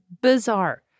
bizarre